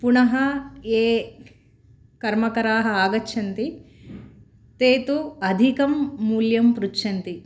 पुनः ये कर्मकराः आगच्छन्ति ते तु अधिकं मूल्यं पृच्छन्ति